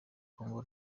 congo